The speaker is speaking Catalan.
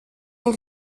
del